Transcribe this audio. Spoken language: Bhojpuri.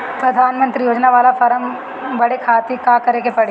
प्रधानमंत्री योजना बाला फर्म बड़े खाति का का करे के पड़ी?